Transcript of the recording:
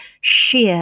sheer